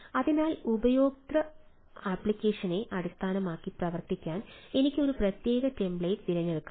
അതിനാൽ ഉപയോക്തൃ ആപ്ലിക്കേഷനെ അടിസ്ഥാനമാക്കി പ്രവർത്തിക്കാൻ എനിക്ക് ഒരു പ്രത്യേക ടെംപ്ലേറ്റ് തിരഞ്ഞെടുക്കാം